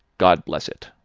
god bless it!